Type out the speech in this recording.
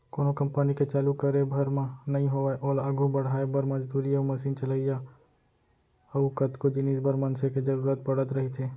कोनो कंपनी के चालू करे भर म नइ होवय ओला आघू बड़हाय बर, मजदूरी अउ मसीन चलइया अउ कतको जिनिस बर मनसे के जरुरत पड़त रहिथे